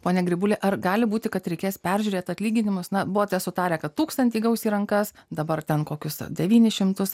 pone grybuli ar gali būti kad reikės peržiūrėti atlyginimus na buvote sutarę kad tūkstantį gaus į rankas dabar ten kokius devynis šimtus